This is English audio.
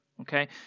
okay